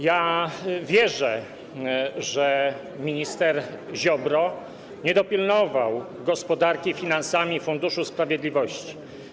Ja wierzę, że minister Ziobro nie dopilnował gospodarki finansami, Funduszu Sprawiedliwości.